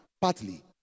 partly